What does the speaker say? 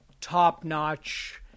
top-notch